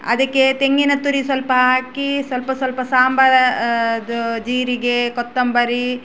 ಅದಕ್ಕೆ ತೆಂಗಿನ ತುರಿ ಸ್ವಲ್ಪ ಹಾಕಿ ಸ್ವಲ್ಪ ಸ್ವಲ್ಪ ಸಾಂಬಾರು ಅದು ಜೀರಿಗೆ ಕೊತ್ತಂಬರಿ